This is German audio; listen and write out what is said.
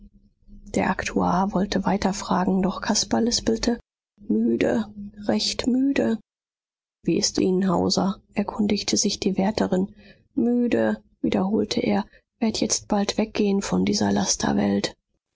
der aktuar wollte weiterfragen doch caspar lispelte müde recht müde wie ist ihnen hauser erkundigte sich die wärterin müde wiederholte er werd jetzt bald weggehen von dieser